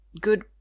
good